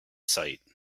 sight